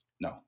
No